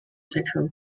sexual